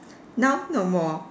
now no more